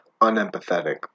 unempathetic